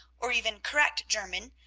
or even correct german,